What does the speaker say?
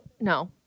no